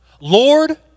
Lord